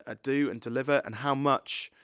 ah do, and deliver, and how much